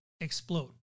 explode